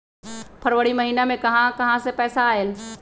फरवरी महिना मे कहा कहा से पैसा आएल?